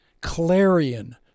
clarion